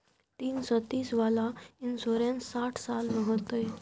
तीन सौ तीस वाला इन्सुरेंस साठ साल में होतै?